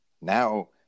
now